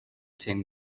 tin